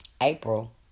April